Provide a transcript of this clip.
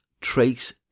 trace